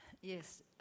Yes